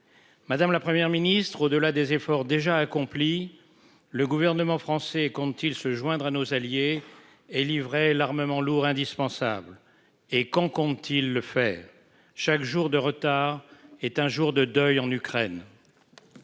Madame, la Première ministre. Au-delà des efforts déjà accomplis. Le gouvernement français compte-t-il se joindre à nos alliés et livré l'armement lourd indispensable et quand compte-t-il le faire chaque jour de retard est un jour de deuil en Ukraine.